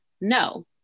No